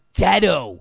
ghetto